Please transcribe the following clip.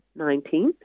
19